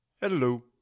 Hello